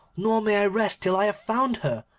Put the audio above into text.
nor may i rest till i have found her,